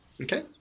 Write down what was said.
Okay